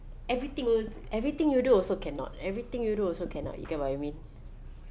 everything you everything you do also cannot everything you do also cannot you get what I mean